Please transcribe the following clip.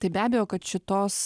tai be abejo kad šitos